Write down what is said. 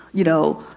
you know,